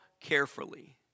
carefully